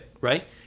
Right